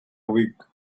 week